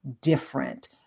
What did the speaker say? different